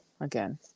again